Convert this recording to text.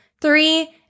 Three